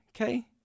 Okay